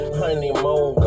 honeymoon